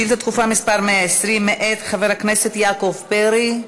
שאילתה דחופה מס' 120 מאת חבר הכנסת יעקב פרי,